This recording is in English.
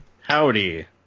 Howdy